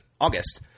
August